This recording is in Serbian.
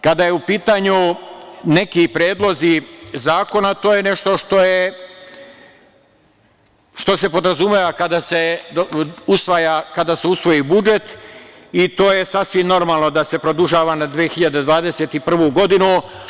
Kada su u pitanju neki predlozi zakona, to je nešto što se podrazumeva kada se usvoji budžet, i to je sasvim normalno da se produžava na 2021. godinu.